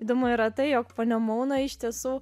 įdomu yra tai jog ponia mouna iš tiesų